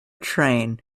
train